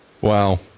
Wow